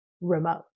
remote